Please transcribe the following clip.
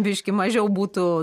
biškį mažiau būtų